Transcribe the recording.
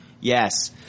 Yes